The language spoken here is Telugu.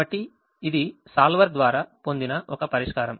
కాబట్టి ఇది solver ద్వారా పొందిన ఒక పరిష్కారం